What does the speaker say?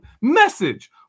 message